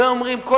ואומרים,